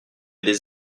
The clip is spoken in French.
des